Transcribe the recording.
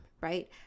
right